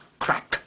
crack